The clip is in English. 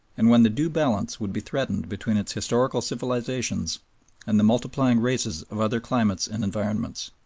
and when the due balance would be threatened between its historical civilizations and the multiplying races of other climates and environments.